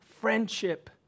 Friendship